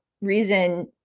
reason